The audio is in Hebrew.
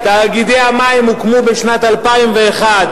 תאגידי המים הוקמו בשנת 2001,